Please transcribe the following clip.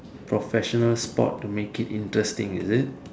professional sport to make it interesting is it